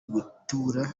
gutura